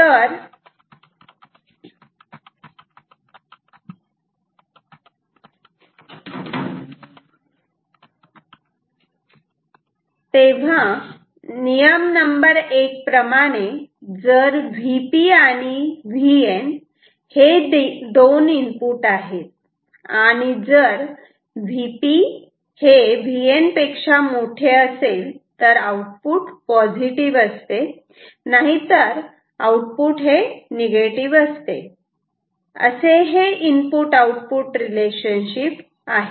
तेव्हा नियम नंबर एक प्रमाणे जर Vp आणि Vn हे दोन इनपुट आहेत आणि जर VpVn असेल तर आउटपुट पॉझिटिव्ह असते नाहीतर आउटपुट हे निगेटिव्ह असते असे हे इनपुट आउटपुट रिलेशनशिप आहे